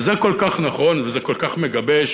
וזה כל כך נכון וזה כל כך מגבש.